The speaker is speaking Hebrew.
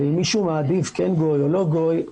ואם מישהו מעדיף כן או לא גוי,